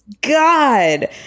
God